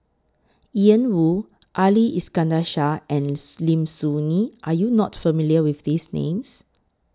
Ian Woo Ali Iskandar Shah and Lim Soo Ngee Are YOU not familiar with These Names